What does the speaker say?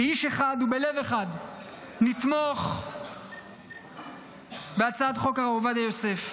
כאיש אחד ובלב אחד נתמוך בהצעת חוק הרב עובדיה יוסף,